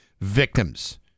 victims